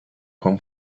juan